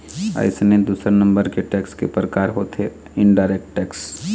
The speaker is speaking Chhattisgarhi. अइसने दूसर नंबर के टेक्स के परकार होथे इनडायरेक्ट टेक्स